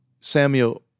Samuel